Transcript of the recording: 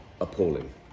appalling